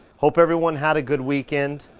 hope everyone had a good weekend.